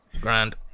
Grand